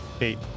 Eight